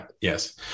yes